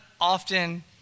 often